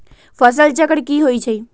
फसल चक्र की होइ छई?